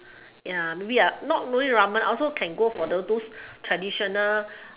ya maybe ah not only ramen I can also go for like those traditional